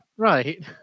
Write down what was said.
Right